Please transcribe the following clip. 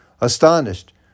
astonished